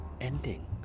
ending